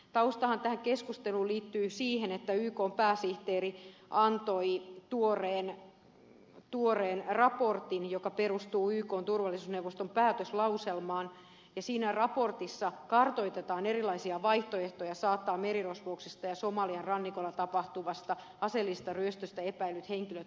taustahan tähän keskusteluun liittyy siihen että ykn pääsihteeri antoi tuoreen raportin joka perustuu ykn turvallisuusneuvoston päätöslauselmaan ja siinä raportissa kartoitetaan erilaisia vaihtoehtoja saattaa merirosvouksesta ja somalian rannikolla tapahtuvasta aseellisesta ryöstöstä epäillyt henkilöt oikeuden eteen